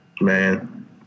man